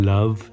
Love